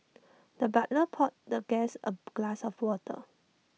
the butler poured the guest A glass of water